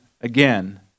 again